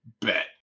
Bet